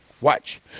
Watch